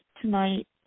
tonight